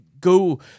go